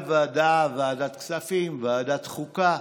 ועדת כספים, ועדת חוקה,